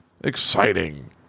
Exciting